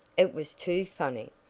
it was too funny!